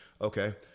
okay